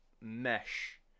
mesh